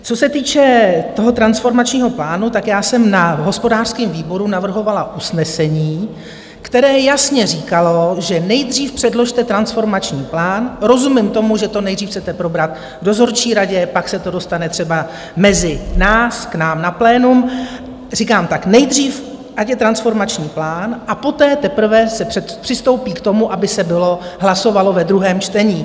Co se týče toho transformačního plánu, tak já jsem na hospodářském výboru navrhovala usnesení, které jasně říkalo, že nejdřív předložte transformační plán rozumím tomu, že to nejdřív chcete probrat v dozorčí radě, pak se to dostane třeba mezi nás k nám na plénum říkám, tak nejdřív ať je transformační plán, a poté teprve se přistoupí k tomu, aby se hlasovalo ve druhém čtení.